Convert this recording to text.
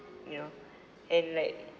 you know and like